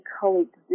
coexist